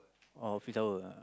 oh office hour ah